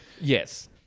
Yes